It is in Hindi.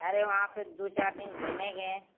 अरे वहाँ पे दो चार दिन घूमेंगे